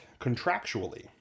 contractually